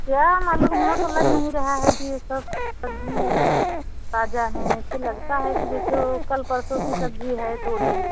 क्या मालूम हमें तो लग नहीं रहा है कि ये सब सब्ज़ी ताज़ा है ऐसे लगता है कि जैसे वो कल परसों की सब्ज़ी है तोड़ी हुई